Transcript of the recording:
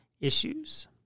issues